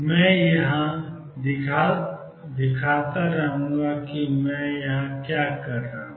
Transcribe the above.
मैं यहां दिखाता रहूंगा कि मैं यहां क्या कर रहा हूं